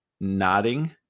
nodding